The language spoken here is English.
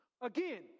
Again